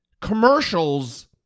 commercials